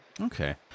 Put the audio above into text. Okay